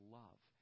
love